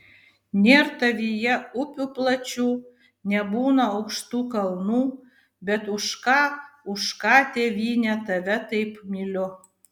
nėr tavyje upių plačių nebūna aukštų kalnų bet už ką už ką tėvyne tave taip myliu